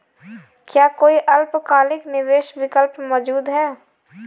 क्या कोई अल्पकालिक निवेश विकल्प मौजूद है?